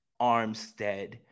Armstead